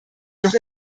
doch